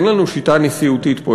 אין לנו שיטה נשיאותית פה,